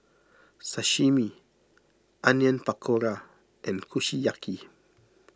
Sashimi Onion Pakora and Kushiyaki